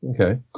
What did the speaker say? Okay